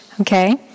okay